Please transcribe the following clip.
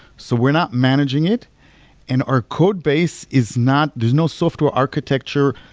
so we're not managing it and our codebase is not there's no software architecture,